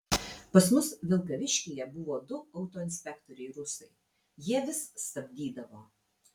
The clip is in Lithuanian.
pas mus vilkaviškyje buvo du autoinspektoriai rusai jie vis stabdydavo